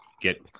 get